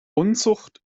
unzucht